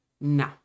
no